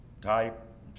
type